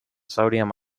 sodium